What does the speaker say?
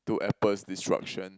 to Apple's destruction